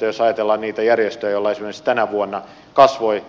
jos ajatellaan esimerkiksi niitä järjestöjä joiden avustus tänä vuonna kasvoi